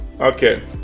Okay